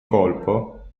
colpo